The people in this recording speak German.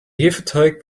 hefeteig